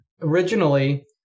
originally